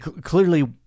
clearly